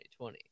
2020